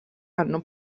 hanno